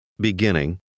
Beginning